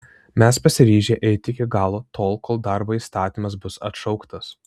mes pasiryžę eiti iki galo tol kol darbo įstatymas bus atšauktas